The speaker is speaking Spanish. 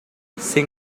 sin